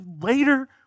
later